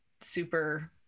super